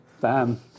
Bam